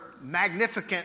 magnificent